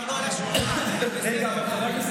אתה משמיע דברים שהם כבר לא על השולחן.